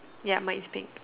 ya might stink